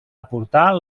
aportar